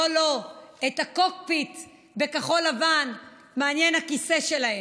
לא, לא, את הקוקפיט בכחול לבן מעניין הכיסא שלהם.